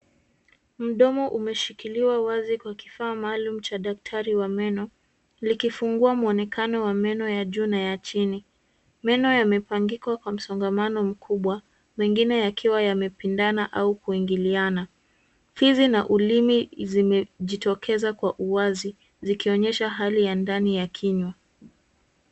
Mdomo umeshikiliwa wazi kwa kifaa maalum cha daktari ya meno. Likifungua mwonekano wa meno ya juu na ya chini. Meno yamepangika kwa msongamano mkuu mengine yakiwa yamepindana au kuingiliana. Fizi na ulimi zimejitokeza kwa uwazi zikionyesha hali ya ndani ya kinywa.